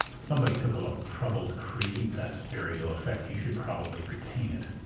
somebody took a lot of trouble to create that stereo effect you should probably retain it.